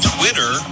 Twitter